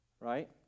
right